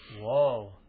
Whoa